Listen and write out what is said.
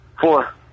Four